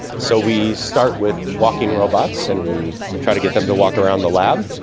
so we start with walking robots and we try to get them to walk around the lab.